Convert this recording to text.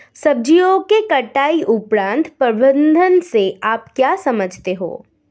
सब्जियों के कटाई उपरांत प्रबंधन से आप क्या समझते हैं?